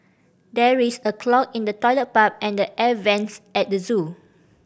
there is a clog in the toilet pipe and the air vents at the zoo